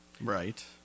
right